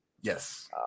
Yes